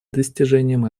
достижением